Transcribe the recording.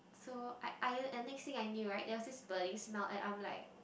so I ironed and next thing I knew right there was this burning smell and I'm like